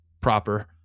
proper